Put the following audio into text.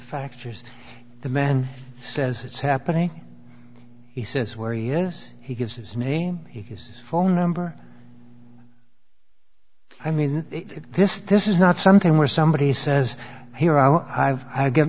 factors the man says it's happening he says where he is he gives his name his phone number i mean this this is not something where somebody says here i'll have i get